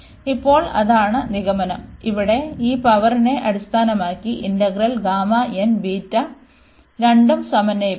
ഇപ്പോൾ അതാണ് നിഗമനം ഇവിടെ ഈ പവറിനെ അടിസ്ഥാനമാക്കി ഇന്റഗ്രൽ Γ ബീറ്റ രണ്ടും സമന്വയിപ്പിക്കുന്നു